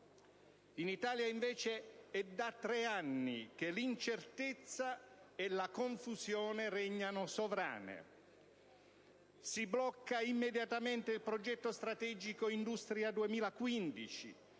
In Italia, invece, è da tre anni che l'incertezza e la confusione regnano sovrane. Si blocca immediatamente il progetto strategico Industria 2015